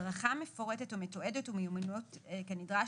הדרכה מפורטת ומתועדת ומיומנויות כנדרש